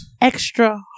extra